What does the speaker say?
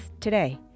today